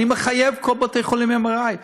אני מחייב את כל בתי-החולים ב-MRI.